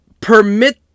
permit